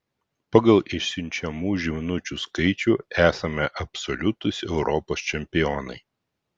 pagal išsiunčiamų žinučių skaičių esame absoliutūs europos čempionai